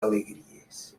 alegries